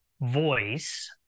voice